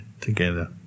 together